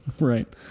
Right